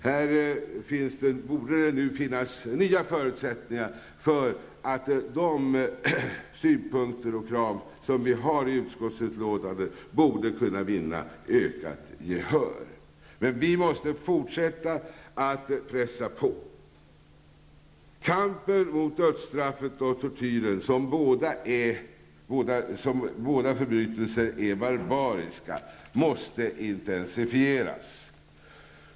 Här borde det nu finnas nya förutsättningar för att de synpunkter och krav som vi har i utskottsbetänkandet kan vinna ökat gehör, men vi måste fortsätta att pressa på. Kampen mot dödsstraffet och tortyren, som båda är barbariska förbrytelser, måste intensifieras.